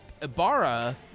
Ibarra